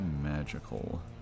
magical